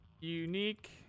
unique